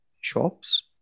shops